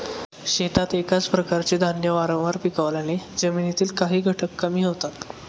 शेतात एकाच प्रकारचे धान्य वारंवार पिकवल्याने जमिनीतील काही घटक कमी होतात